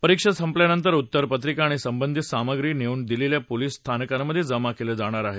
परीक्षा संपल्यानंतर उत्तरपत्रिका आणि संबंधित सामग्री नेमून दिलेल्या पोलीस स्थानकांमध्ये जमा केलं जाणार आहे